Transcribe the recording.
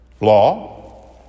law